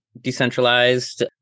decentralized